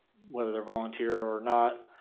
whether they're volunteer or not,